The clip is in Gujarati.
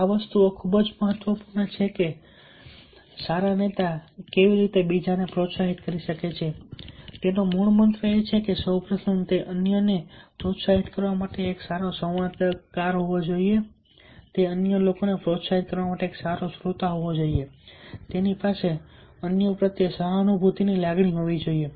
આ વસ્તુઓ ખૂબ જ મહત્વપૂર્ણ છે કે સારા નેતા કેવી રીતે પ્રોત્સાહિત કરી શકે છે મૂળમંત્ર એ છે કે સૌ પ્રથમ તે અન્યને પ્રોત્સાહિત કરવા માટે એક સારો સંવાદકાર હોવો જોઈએ તે અન્ય લોકોને પ્રોત્સાહિત કરવા માટે એક સારો શ્રોતા હોવો જોઈએ તેની પાસે અન્યો પ્રત્યે સહાનુભૂતિની લાગણી હોવી જોઈએ